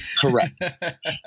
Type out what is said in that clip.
correct